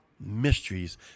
mysteries